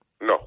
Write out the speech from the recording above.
No